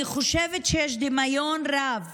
אני חושבת שיש דמיון רב